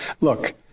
look